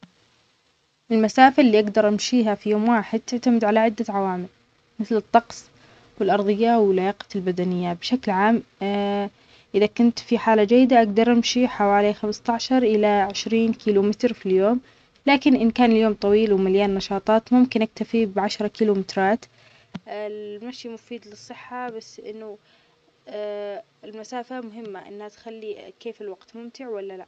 المسافة اللى أجدر أمشيها في يوم واحد تعتمد على عدة عوامل مثل الطقس والأرظية ولياقتى البدنية بشكل عام، إذا كنت في حالة جيدة أجدر أمشى حوالي خمستاشر إلى عشرين كيلو متر في اليوم، لكن إذا كان اليوم طويل ومليان نشاطات ممكن أكتفى بعشر كيلومترات، المشى مفيد للصحة، بس أنو المسافة مهمة أنها تخلى كيف الوقت ممتع ولا لا.